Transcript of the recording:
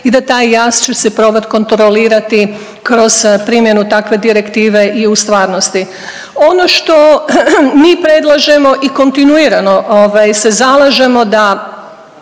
i da taj jaz će se probat kontrolirati kroz primjenu takve direktive i u stvarnosti. Ono što mi predlažemo i kontinuirano ovaj se zalažemo da